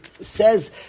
says